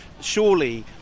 surely